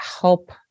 help